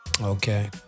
Okay